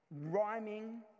rhyming